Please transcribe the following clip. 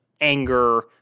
anger